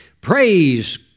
Praise